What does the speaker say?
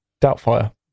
Doubtfire